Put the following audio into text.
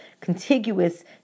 contiguous